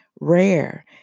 rare